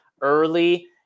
early